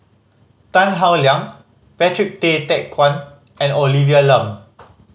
Tan Howe Liang Patrick Tay Teck Guan and Olivia Lum